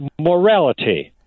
morality